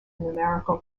numerical